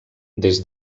des